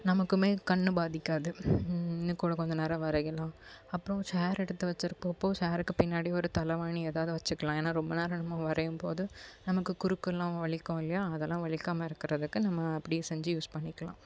நமக்குமே கண் பாதிக்காது இன்னும் கூட கொஞ்ச நேரம் வரையலாம் அப்புறம் சேர் எடுத்து வச்சிருப்போம்போ சேருக்கு பின்னாடி ஒரு தலைவாணி ஏதாவது வச்சிக்கலாம் ஏன்னா ரொம்ப நேரம் நம்ம வரையும் போது நமக்கு குருக்குலாம் வலிக்கும் இல்லையா அதெல்லாம் வலிக்காமல் இருக்கிறதுக்கு நம்ம அப்படியும் செஞ்சு யூஸ் பண்ணிக்கலாம்